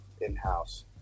in-house